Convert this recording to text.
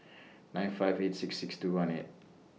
nine five eight six six two one eight